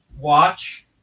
watch